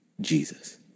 Jesus